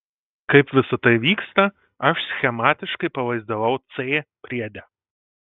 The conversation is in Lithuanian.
kaip visa tai vyksta aš schematiškai pavaizdavau c priede